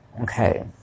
Okay